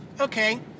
Okay